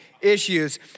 issues